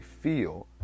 feel